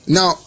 Now